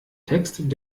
text